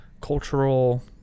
Cultural